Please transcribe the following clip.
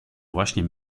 właśnie